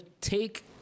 take